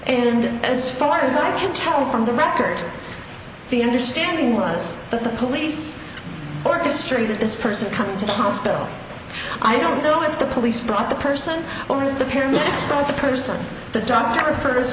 and as far as i can tell from the records the understanding was that the police orchestrated this person come to the hospital i don't know if the police brought the person or if the parents brought the person the doctor f